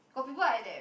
got people like that